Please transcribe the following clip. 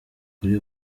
kuri